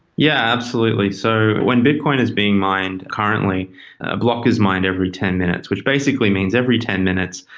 yeah, absolutely. so when bitcoin is being mined, currently a block is mined every ten minutes, which basically means every ten minutes,